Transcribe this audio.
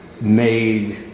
made